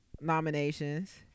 nominations